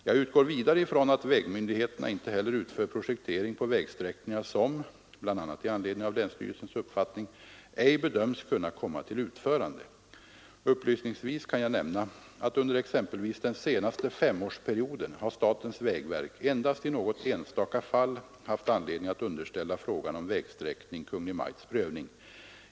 Jag utgår vidare ifrån att vägmyndigheterna inte heller utför projektering på vägsträckningar som — bl.a. i anledning av länsstyrelsens uppfattning — ej bedöms kunna komma till utförande. Upplysningsvis kan jag nämna att under exempelvis den senaste femårsperioden har statens vägverk endast i något enstaka fall haft anledning att underställa frågan om vägsträckning Kungl. Maj:ts prövning.